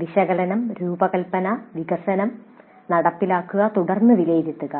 വിശകലനം രൂപകൽപ്പന വികസനം നടപ്പിലാക്കുക തുടർന്ന് വിലയിരുത്തുക